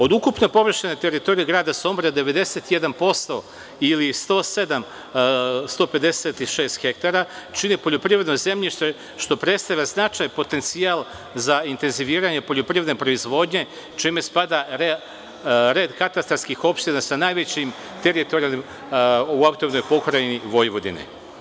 Od ukupne površine teritorije grada Sombora, 91% ili 156 hektara, čime poljoprivredno zemljište predstavlja značajan potencijal za intenziviranje poljoprivredne proizvodnje čime spada u red katastarskih opština sa najvećim teritorijalnim, u aktuelnoj pokrajini Vojvodine.